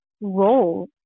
role